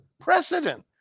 precedent